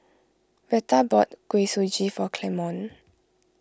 Retta bought Kuih Suji for Clemon